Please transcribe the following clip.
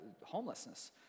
homelessness